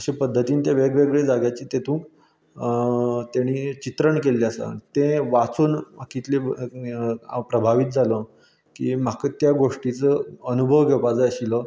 अशें पद्दतीन तें वेगवेगळे जाग्याचे तेतूंत तेणी चित्रण केल्लें आसा तें वाचून कितले हांव प्रभावीत जालो की म्हाका त्या गोश्टीचो अनुभव घेवपाक जाय आशिल्लो